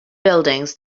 buildings